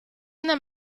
una